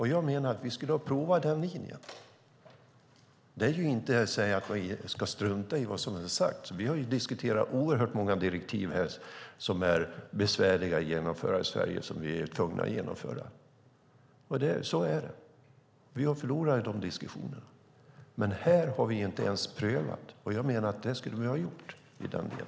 Jag menar att vi skulle ha provat den linjen. Det handlar inte om att strunta i vad som har sagts. Vi har diskuterat oerhört många direktiv som är besvärliga att genomföra i Sverige och som vi är tvungna att genomföra. Så är det. Vi har förlorat i de diskussionerna, men här har vi inte ens provat. Jag menar att vi skulle ha gjort det.